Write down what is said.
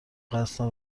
قصد